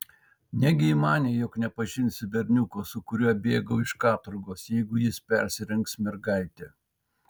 negi ji manė jog nepažinsiu berniuko su kuriuo bėgau iš katorgos jeigu jis persirengs mergaite